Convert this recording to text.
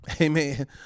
Amen